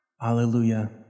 Hallelujah